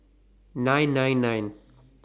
nine nine nine